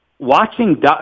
Watching